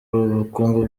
ubukungu